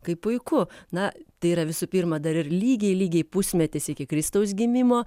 kaip puiku na tai yra visų pirma dar ir lygiai lygiai pusmetis iki kristaus gimimo